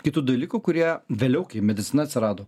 kitų dalykų kurie vėliau kai medicina atsirado